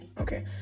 Okay